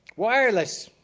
wireless